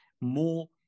more